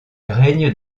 règne